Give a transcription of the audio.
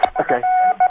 Okay